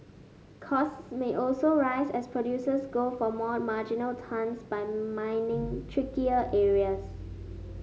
costs may also rise as producers go for more marginal tons by mining trickier areas